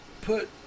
put